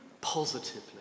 positively